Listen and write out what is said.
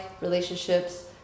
relationships